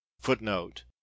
Footnote